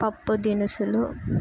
పప్పు దినుసులు